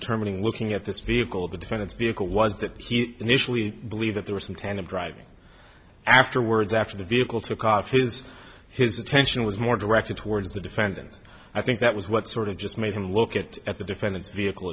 terminating looking at this vehicle of the defendant's vehicle was that he initially believed that there was some tandem driving afterwards after the vehicle took off his his attention was more directed towards the defendant i think that was what sort of just made him look at at the defendant's vehicle